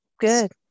good